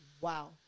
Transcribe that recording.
Wow